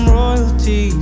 royalty